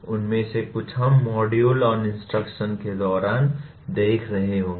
उनमें से कुछ हम मॉड्यूल ऑन इंस्ट्रक्शन के दौरान देख रहे होंगे